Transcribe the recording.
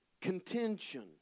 Contention